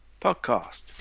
Podcast